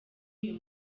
uyu